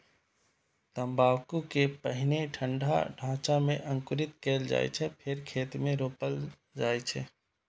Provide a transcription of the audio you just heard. तंबाकू कें पहिने ठंढा ढांचा मे अंकुरित कैल जाइ छै, फेर खेत मे रोपल जाइ छै